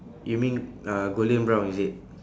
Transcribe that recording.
you mean uh golden brown is it